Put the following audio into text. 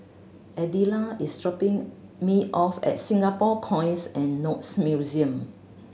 Adella is dropping me off at Singapore Coins and Notes Museum